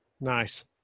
Nice